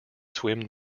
swim